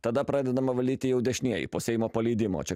tada pradedama valyti jau dešinieji po seimo paleidimo čia